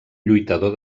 lluitador